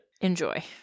Enjoy